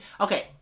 Okay